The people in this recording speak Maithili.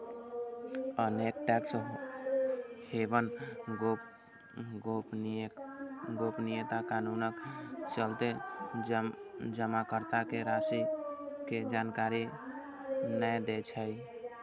अनेक टैक्स हेवन गोपनीयता कानूनक चलते जमाकर्ता के राशि के जानकारी नै दै छै